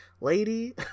lady